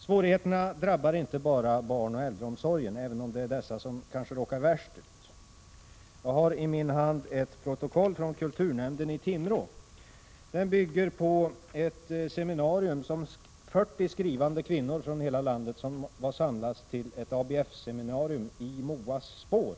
Svårigheterna drabbar inte bara barnoch äldreomsorgen, även om det är den som kanske råkar värst ut. Jag har i min hand ett protokoll från kulturnämnden i Timrå. I protokollet redovisas ett ABF-seminarium i Norrköping med 40 skrivande kvinnor från hela landet. Seminariet var rubricerat ”I Moas spår.